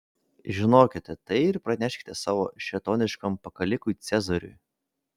žinokite tai ir praneškite savo šėtoniškam pakalikui cezariui